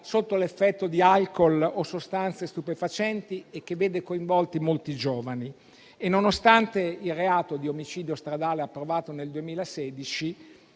sotto l'effetto di alcol o sostanze stupefacenti e che vede coinvolti molti giovani. Nonostante il reato di omicidio stradale approvato nel 2016,